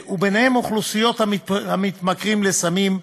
וביניהן אוכלוסיית המתמכרים לסמים,